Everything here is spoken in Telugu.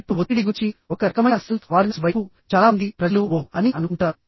ఇప్పుడు ఒత్తిడి గురించి ఒక రకమైన సెల్ఫ్ అవార్నెస్ వైపు చాలా మంది ప్రజలు ఓహ్ అని అనుకుంటారు